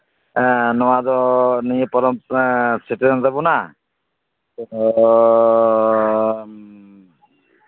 ᱮᱸᱜ ᱱᱚᱶᱟ ᱫᱚ ᱱᱤᱭᱟᱹ ᱯᱚᱨᱚᱵ ᱥᱮᱴᱮᱨᱮᱱ ᱛᱟᱵᱚᱱᱟ ᱟᱫᱚᱻᱻ